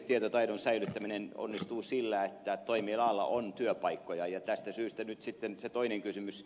tietotaidon säilyttäminen onnistuu sillä että toimialalla on työpaikkoja ja tästä syystä nyt sitten se toinen kysymys